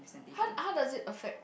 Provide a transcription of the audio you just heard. how how does it affect